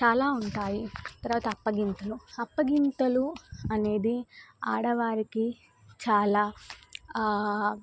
చాలా ఉంటాయి తర్వాత అప్పగింతలు అప్పగింతలు అనేది ఆడవారికి చాలా